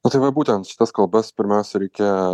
na tai va būtent šitas kalbas pirmiausia reikia